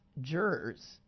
jurors